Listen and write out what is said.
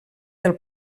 del